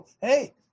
hey